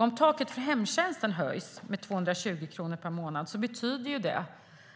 Om taket för hemtjänsten höjs med 220 kronor per månad betyder det